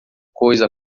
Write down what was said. coisa